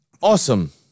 awesome